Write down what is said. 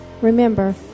Remember